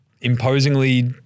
imposingly